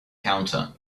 counter